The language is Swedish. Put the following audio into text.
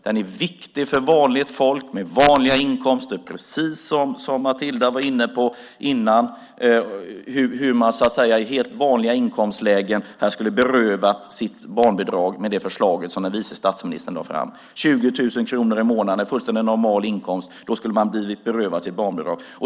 Den är viktig för vanligt folk med vanliga inkomster, precis som Matilda var inne på tidigare. Människor i helt vanliga inkomstlägen skulle berövas sitt barnbidrag med det förslag som vice statsministern lade fram. 20 000 kronor i månaden är en fullständigt normal inkomst. Då skulle man bli berövad sitt barnbidrag.